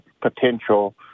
potential